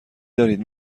دارید